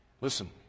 Listen